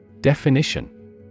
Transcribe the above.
Definition